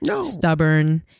stubborn